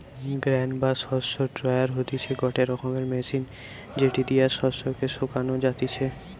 grain বা শস্য dryer হতিছে গটে রকমের মেশিন যেটি দিয়া শস্য কে শোকানো যাতিছে